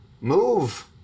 move